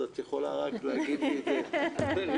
אז את יכולה רק להגיד לי את זה רשמית.